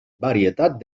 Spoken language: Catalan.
varietat